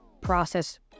process